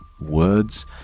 Words